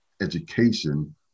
education